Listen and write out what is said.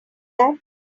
that